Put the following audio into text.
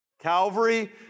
Calvary